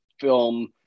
film